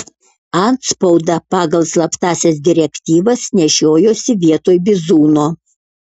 antspaudą pagal slaptąsias direktyvas nešiojosi vietoj bizūno